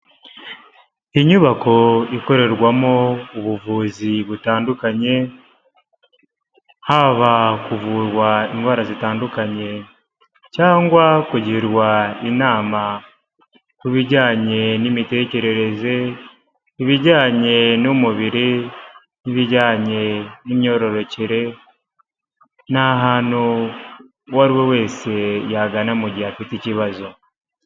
Inyubako ikorerwamo ubuvuzi butandukanye, haba kuvurwa indwara zitandukanye cyangwa kugirwa inama ku bijyanye n'imitekerereze, ibijyanye n'umubiri n'ibijyanye n'imyororokere, ni ahantu uwo ariwe wese yagana mu gihe afite ikibazo.